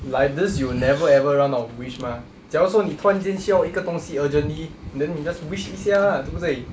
like this you will never ever run out of wish mah 假如说你突然间要一个东西 urgently then 你 just wish 一下 lah 对不对